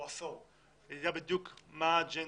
יודע בדיוק מה האג'נדה,